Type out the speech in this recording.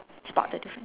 spot the different